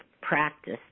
practice